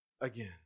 again